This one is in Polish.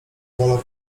wola